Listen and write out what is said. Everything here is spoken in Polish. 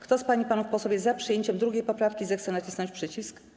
Kto z pań i panów posłów jest za przyjęciem 2. poprawki, zechce nacisnąć przycisk.